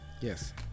Yes